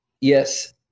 Yes